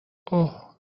اوه